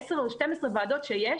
או 10 או 12 ועדות שיש,